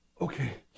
Okay